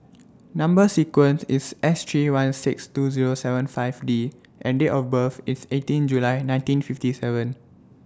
Number sequence IS S three one six two Zero seven five D and Date of birth IS eighteen July nineteen fifty seven